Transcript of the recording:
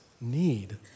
need